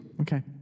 Okay